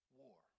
war